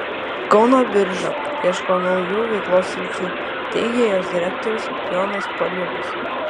kauno birža ieško naujų veiklos sričių teigė jos direktorius jonas paliulis